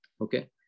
Okay